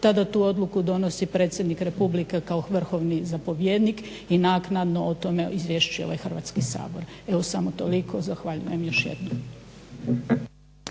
tada tu odluku donosi predsjednik Republike kao vrhovni zapovjednik, i naknadno o tome izvješćuje ovaj Hrvatski sabor. Evo samo toliko. Zahvaljujem još jednom.